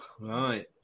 right